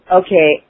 okay